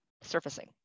surfacing